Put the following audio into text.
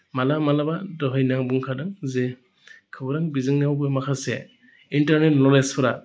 माब्लाबा माब्लाबा दहायनो आं बुंखादों जे खौरां बिजोंआवबो माखासे इन्टारनेल नलेजफोरा